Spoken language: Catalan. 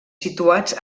situats